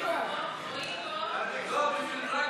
אינו נוכח.